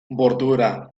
bordura